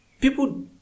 People